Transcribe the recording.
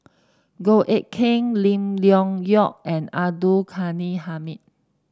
Goh Eck Kheng Lim Leong Geok and Abdul Ghani Hamid